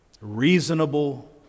reasonable